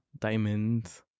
diamonds